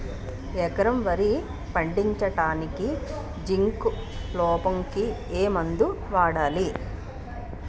ఎకరం వరి పండించటానికి జింక్ లోపంకి ఏ మందు వాడాలి?